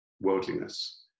worldliness